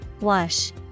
Wash